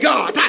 God